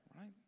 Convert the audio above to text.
right